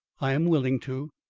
i am willing to.